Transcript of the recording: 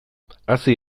hazi